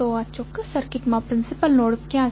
તો આ ચોક્કસ સર્કિટમાં પ્રિન્સિપલ નોડ કયા છે